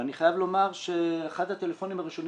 ואני חייב לומר שאחד הטלפונים הראשונים